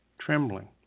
trembling